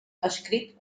escrit